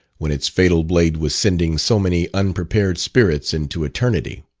when its fatal blade was sending so many unprepared spirits into eternity.